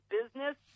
business